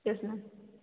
yes ma'am